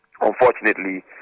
unfortunately